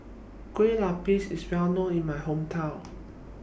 Kue Lupis IS Well known in My Hometown